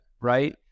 right